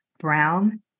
Brown